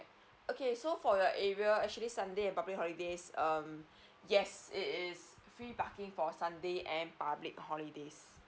okay so for your area actually sunday and public holidays um yes it is free parking for sunday and public holidays